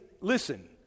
listen